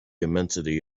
immensity